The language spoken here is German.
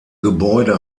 gebäude